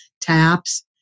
Taps